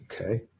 okay